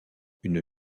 une